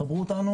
חברו אותנו